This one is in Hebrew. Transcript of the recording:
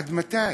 עד מתי?